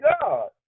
God